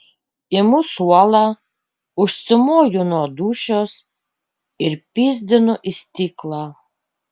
imu suolą užsimoju nuo dūšios ir pyzdinu į stiklą